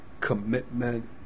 commitment